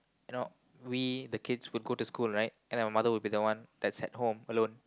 you know we the kids we'd go to school right and our mother would be the one that's at home alone